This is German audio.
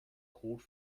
code